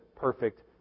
perfect